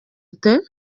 ute